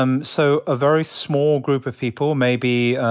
um so a very small group of people maybe,